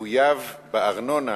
מחויב בארנונה